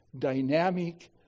dynamic